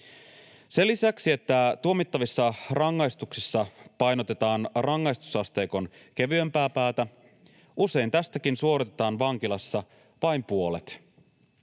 Sen lisäksi, että tuomittavissa rangaistuksissa painotetaan rangaistusasteikon kevyempää päätä, usein tästäkin suoritetaan vankilassa vain puolet.